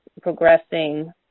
progressing